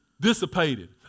dissipated